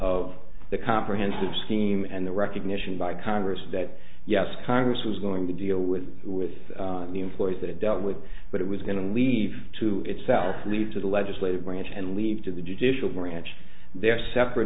of the comprehensive scheme and the recognition by congress that yes congress was going to deal with with the employees that it dealt with but it was going to leave to itself leave to the legislative branch and leave to the judicial branch their separate